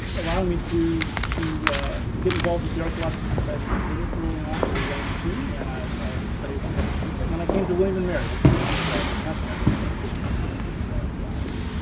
allowing me to to get involved with the archeological society of virginia early on as a young teen, and i studied with a couple people, and then i came to william and mary as an undergraduate, and that's when i really started getting into into archeology.